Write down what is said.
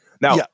Now